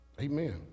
Amen